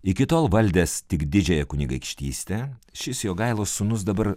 iki tol valdęs tik didžiąją kunigaikštystę šis jogailos sūnus dabar